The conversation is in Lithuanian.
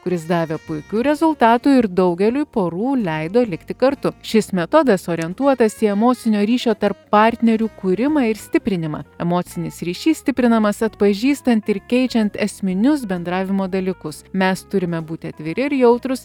kuris davė puikių rezultatų ir daugeliui porų leido likti kartu šis metodas orientuotas į emocinio ryšio tarp partnerių kūrimą ir stiprinimą emocinis ryšys stiprinamas atpažįstant ir keičiant esminius bendravimo dalykus mes turime būti atviri ir jautrūs